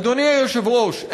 אדוני היושב-ראש,